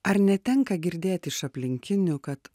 ar netenka girdėti iš aplinkinių kad